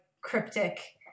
cryptic